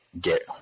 get